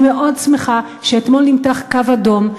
אני מאוד שמחה שאתמול נמתח קו אדום,